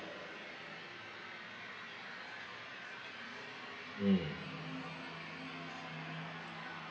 mm